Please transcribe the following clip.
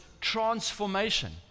transformation